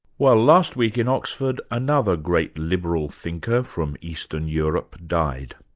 well, last week, in oxford, another great liberal thinker from eastern europe died.